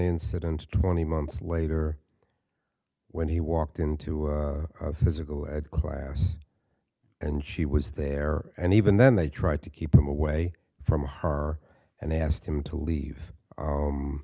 incident twenty months later when he walked into a physical ed class and she was there and even then they tried to keep him away from her and they asked him to leave